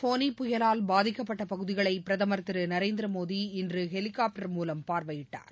போனி புயலால் பாதிக்கப்பட்ட பகுதிகளை ஒடிஸாவில் பிரதமர் திரு நரேந்திரமோடி இன்று ஹெலிகாப்டர் மூலம் பார்வையிட்டார்